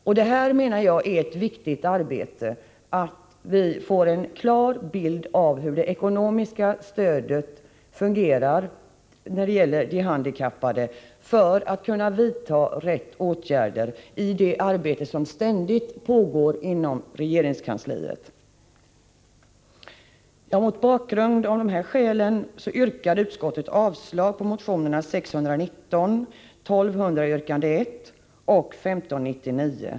Enligt min mening är det ett viktigt arbete som nu utförs för att vi skall få en klar bild av hur det ekonomiska stödet till de handikappade fungerar och för att man i det arbete som ständigt pågår inom regeringskansliet skall kunna vidta rätt åtgärder. Mot bakgrund av de skäl jag här redovisat avstyrker utskottet motionerna 619, 1200, yrkande 1, och 1599.